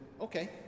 okay